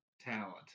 talent